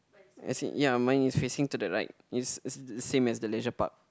as in ya mine is facing to the right is s~ same as the leisure park